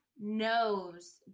knows